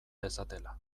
dezatela